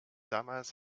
damals